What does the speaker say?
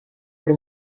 ari